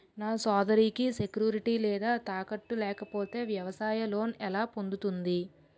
నా సోదరికి సెక్యూరిటీ లేదా తాకట్టు లేకపోతే వ్యవసాయ లోన్ ఎలా పొందుతుంది?